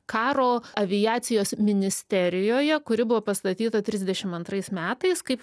karo aviacijos ministerijoje kuri buvo pastatyta trisdešim antrais metais kaip